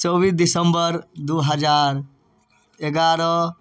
चौबिस दिसम्बर दुइ हजार एगारह